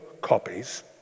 copies